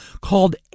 called